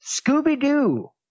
Scooby-Doo